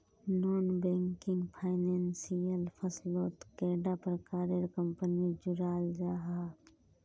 Non banking financial फसलोत कैडा प्रकारेर कंपनी जुराल जाहा?